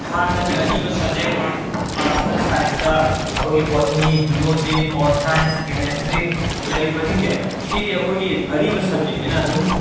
ꯍꯥꯟꯅꯒꯤ ꯑꯔꯤꯕ subject arts ꯑꯥꯔꯠꯁꯇ ꯁꯥꯏꯟꯁꯇ ꯑꯩꯈꯣꯏꯒꯤ botany zoology pol science chemistry ꯂꯩꯔꯤꯕꯁꯤꯡꯁꯦ ꯁꯤꯗꯤ ꯑꯩꯈꯣꯏꯒꯤ ꯑꯔꯤꯕ ꯁꯕꯖꯦꯛꯅꯦꯅ ꯑꯗꯨꯝ